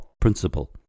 principle